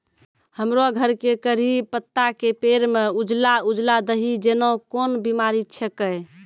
हमरो घर के कढ़ी पत्ता के पेड़ म उजला उजला दही जेना कोन बिमारी छेकै?